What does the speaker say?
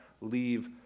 leave